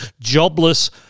jobless